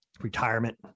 Retirement